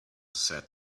said